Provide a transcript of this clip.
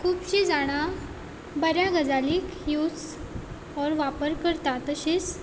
खुबशीं जाणां बऱ्या गजालीक यूज ओर वापर करता तशीच